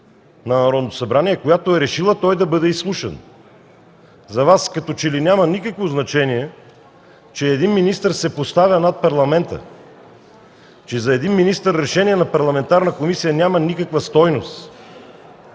на Народното събрание, която е решила той да бъде изслушан. За Вас като че ли няма никакво значение, че един министър се поставя над Парламента, че за един министър решение на парламентарна комисия няма никаква стойност.